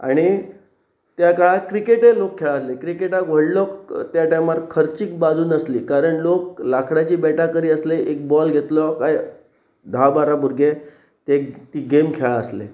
आनी त्या काळार क्रिकेटेय लोक खेळ आसले क्रिकेटाक व्हडलो त्या टायमार खर्चीक बाजून आसली कारण लोक लांकडाची बेटा करी आसले एक बॉल घेतलो काय धा बारा भुरगे ते ती गेम खेळ आसले